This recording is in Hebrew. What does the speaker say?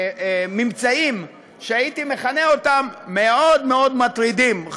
ממצאים שהייתי מכנה אותם "מטרידים מאוד מאוד",